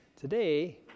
Today